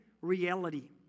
reality